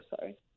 sorry